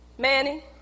Manny